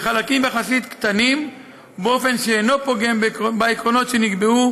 בחלקים יחסית קטנים ובאופן שאינו פוגם בעקרונות שנקבעו: